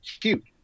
cute